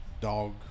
dog